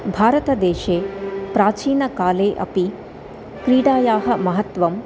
भारतदेशे प्राचीनकाले अपि क्रीडायाः महत्वम्